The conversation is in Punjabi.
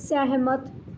ਸਹਿਮਤ